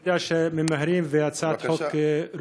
אני יודע שממהרים, אך הצעת החוק ראויה,